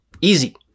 easy